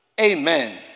Amen